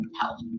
health